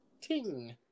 ting